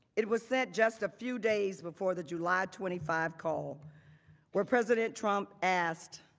it was sent just a few days before the july twenty five call where president trump asked